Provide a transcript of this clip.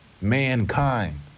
mankind